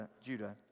Judah